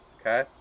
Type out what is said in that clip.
okay